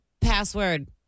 Password